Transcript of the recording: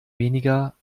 weniger